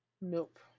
Nope